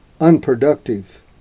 unproductive